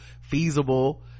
feasible